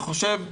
למה?